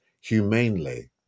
humanely